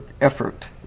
effort